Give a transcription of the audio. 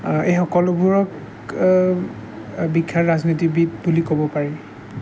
এই সকলোবোৰক বিখ্যাত ৰাজনীতিবিদ বুলি ক'ব পাৰি